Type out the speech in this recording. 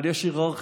אבל יש היררכיה: